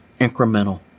incremental